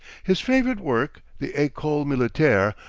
his favorite work, the ecole militaire,